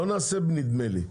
לא נעשה בנדמה לי.